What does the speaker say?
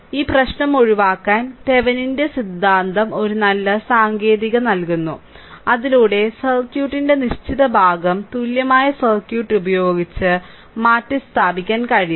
ഈ പ്രശ്നം ഒഴിവാക്കാൻ തെവെനിന്റെ സിദ്ധാന്തം ഒരു നല്ല സാങ്കേതികത നൽകുന്നു അതിലൂടെ സർക്യൂട്ടിന്റെ നിശ്ചിത ഭാഗം തുല്യമായ സർക്യൂട്ട് ഉപയോഗിച്ച് മാറ്റിസ്ഥാപിക്കാൻ കഴിയും